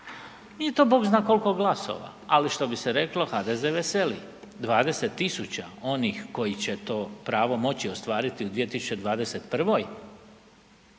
Nije to bog zna koliko glasova, ali što bi se reklo, HDZ veseli. 20 000 onih koji će to pravo moći ostvariti u 2021.